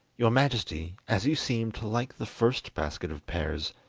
your majesty, as you seemed to like the first basket of pears,